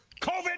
COVID